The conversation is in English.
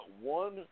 one